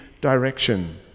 direction